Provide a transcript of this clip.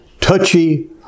touchy